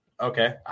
okay